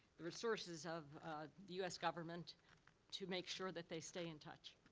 resources of the u s. government to make sure that they stay in touch.